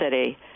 city